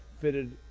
fitted